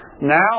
Now